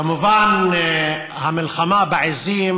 כמובן, המלחמה בעיזים